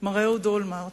מר אהוד אולמרט,